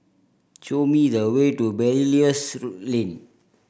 show me the way to Belilios Lane